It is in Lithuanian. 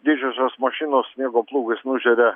didžiosios mašinos sniego plūgais nužeria